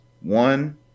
One